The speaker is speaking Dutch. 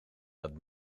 dat